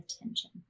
attention